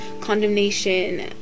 condemnation